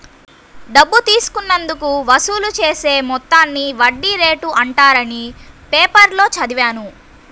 డబ్బు తీసుకున్నందుకు వసూలు చేసే మొత్తాన్ని వడ్డీ రేటు అంటారని పేపర్లో చదివాను